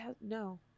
No